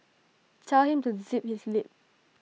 tell him to zip his lip